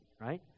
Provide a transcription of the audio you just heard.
right